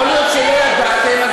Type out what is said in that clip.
יכול להיות שלא ידעתם,